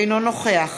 אינו נוכח